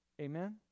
Amen